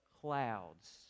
clouds